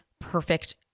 perfect